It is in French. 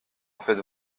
faites